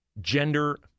gender